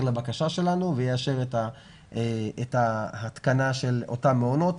לבקשה שלנו ויאשר את ההתקנה באותם מעונות.